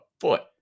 foot